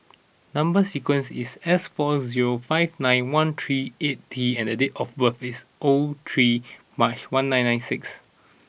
number sequence is S four zero five nine one three eight T and date of birth is O three March one nine nine six